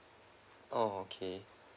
oh okay